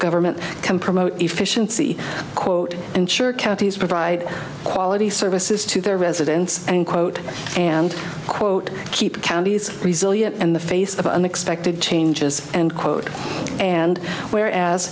government can promote efficiency quote ensure counties provide quality services to their residents and quote and quote keep counties resilient in the face of unexpected changes and quote and whereas